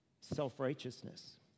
Self-righteousness